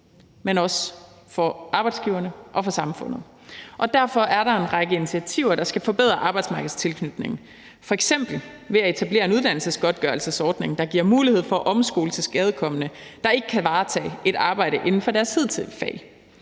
men også for arbejdsgiverne og for samfundet, og derfor er der en række initiativer, der skal forbedre arbejdsmarkedstilknytningen, f.eks. ved at etablere en uddannelsesgodtgørelsesordning, der giver mulighed for at omskole tilskadekomne, der ikke kan varetage et arbejde inden for deres hidtidige